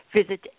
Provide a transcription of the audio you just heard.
visit